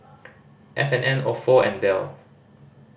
F and N Ofo and Dell